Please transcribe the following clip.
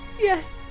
yes,